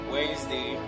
Wednesday